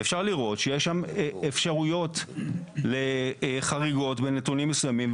ניתן לראות שיש שם אפשרויות לחריגות בנתונים מסוימים,